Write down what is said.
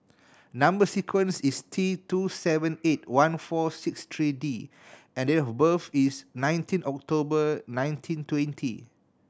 number sequence is T two seven eight one four six three D and date of birth is nineteen October nineteen twenty